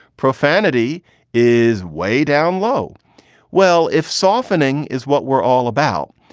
profanity is way down low well, if softening is what we're all about,